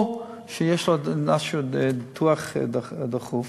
או שיש לו ניתוח דחוף,